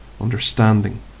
Understanding